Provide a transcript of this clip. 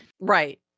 Right